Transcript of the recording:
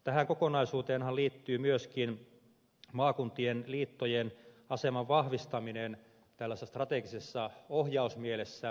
tähän kokonaisuuteenhan liittyy myöskin maakunnan liittojen aseman vahvistaminen tällaisessa strategisessa ohjausmielessä